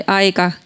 aika